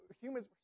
humans